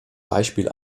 beispiel